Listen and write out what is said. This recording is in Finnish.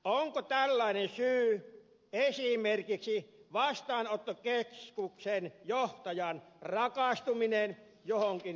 onko tällainen syy esimerkiksi vastaanottokeskuksen johtajan rakastuminen johonkin turvapaikanhakijaan